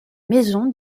maison